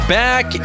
back